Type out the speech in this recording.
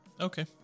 Okay